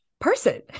person